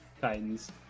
Titans